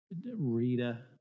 Rita